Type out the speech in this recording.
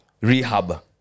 rehab